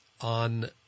on